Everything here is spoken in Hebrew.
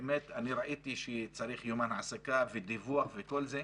ראיתי שצריך יומן העסקה, דיווח וכל זה,